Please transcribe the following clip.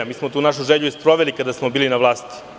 Mi smo tu našu želju i sproveli kada smo bili na vlasti.